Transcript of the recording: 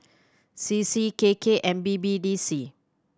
C C K K and B B D C